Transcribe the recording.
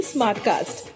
Smartcast